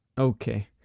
Okay